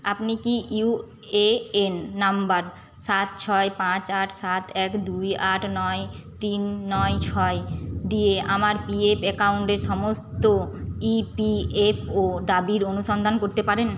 আপনি কি U A N নম্বর সাত ছয় পাঁচ আট সাত এক দুই আট নয় তিন নয় ছয় দিয়ে আমার পিএফ অ্যাকাউন্টের সমস্ত ইপিএফও দাবির অনুসন্ধান করতে পারেন